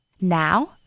Now